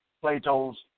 Plato's